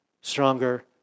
stronger